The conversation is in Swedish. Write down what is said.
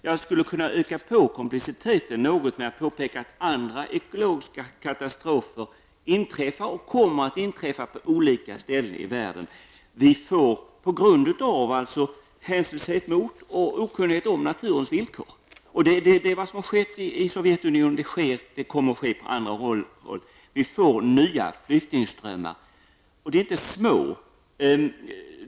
Jag skulle kunna öka på komplikationen något genom att påpeka att andra ekologiska katastrofer inträffar och kommer att inträffa på olika platser i världen på grund av hänsynslöshet mot och okunnighet om naturens villkor. Det är vad som har skett i Sovjetunionen och det kommer att ske på andra håll. Vi får nya flyktingströmmar. De är inte små.